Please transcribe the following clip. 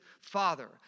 Father